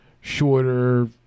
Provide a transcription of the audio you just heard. shorter